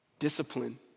discipline